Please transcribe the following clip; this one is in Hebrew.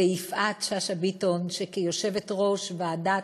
ויפעת שאשא ביטון, שכיושבת-ראש הוועדה